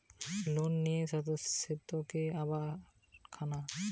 leverage মানে হতিছে কোনো টাকা লোনে নিয়ে সেতকে আবার খাটানো